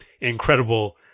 incredible